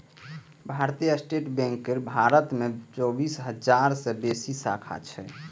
भारतीय state bank केर भारत मे चौबीस हजार सं बेसी शाखा छै